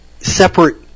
separate